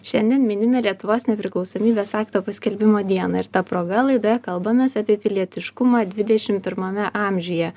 šiandien minime lietuvos nepriklausomybės akto paskelbimo dieną ir ta proga laidoje kalbamės apie pilietiškumą dvidešim pirmame amžiuje